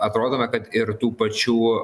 atrodome kad ir tų pačių